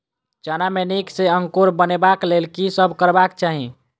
चना मे नीक सँ अंकुर अनेबाक लेल की सब करबाक चाहि?